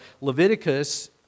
Leviticus